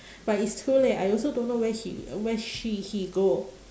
but it's too late I also don't know where he where she he go